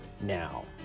now